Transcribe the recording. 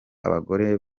abagore